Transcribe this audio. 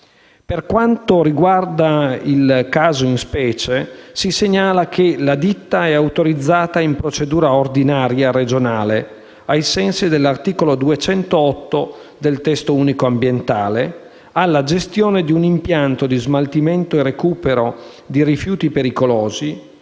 Per quanto concerne il caso di specie, si segnala che la ditta è autorizzata in procedura ordinaria regionale, ai sensi dell'articolo 208 del testo unico ambientale, alla gestione di un impianto di smaltimento e recupero di rifiuti pericolosi